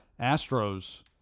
Astros